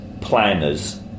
planners